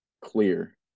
clear